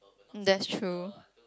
that's true